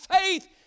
faith